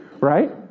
Right